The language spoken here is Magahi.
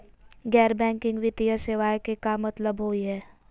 गैर बैंकिंग वित्तीय सेवाएं के का मतलब होई हे?